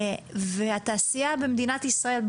התעשייה במדינת ישראל,